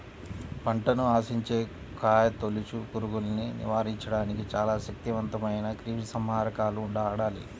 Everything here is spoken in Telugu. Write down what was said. పంటను ఆశించే కాయతొలుచు పురుగుల్ని నివారించడానికి చాలా శక్తివంతమైన క్రిమిసంహారకాలను వాడాలి